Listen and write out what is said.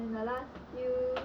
and the last skill